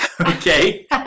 Okay